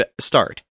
start